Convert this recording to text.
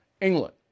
England